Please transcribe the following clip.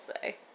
say